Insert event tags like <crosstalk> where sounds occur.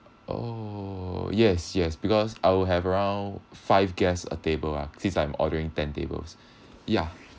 oh yes yes because I will have around five guests a table ah since I'm ordering ten tables <breath> ya